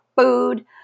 food